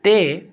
ते